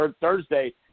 Thursday